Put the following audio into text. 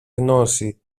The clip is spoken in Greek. γνώση